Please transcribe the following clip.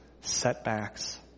setbacks